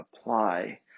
apply